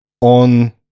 on